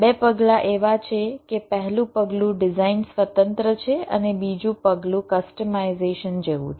બે પગલાં એવા છે કે પહેલું પગલું ડિઝાઇન સ્વતંત્ર છે અને બીજું પગલું કસ્ટમાઇઝેશન જેવું છે